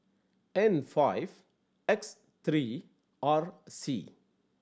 N five X three R C